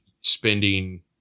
spending